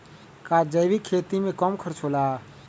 का जैविक खेती में कम खर्च होला?